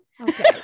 Okay